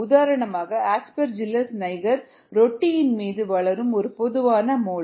உதாரணமாக Aspergillus niger ரொட்டியின் மீது வளரும் ஒரு பொதுவான மோல்டு